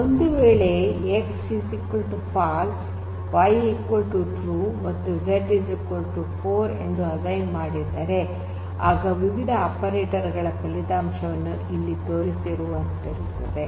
ಒಂದುವೇಳೆ x false y true ಮತ್ತು z 4 ಎಂದು ಅಸೈನ್ ಮಾಡಿದ್ದರೆ ಆಗ ಈ ವಿವಿಧ ಆಪರೇಟರ್ ಗಳ ಫಲಿತಾಂಶಗಳು ಇಲ್ಲಿ ತೋರಿಸಿರುವಂತಿರುತ್ತದೆ